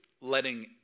letting